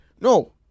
No